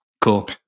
Cool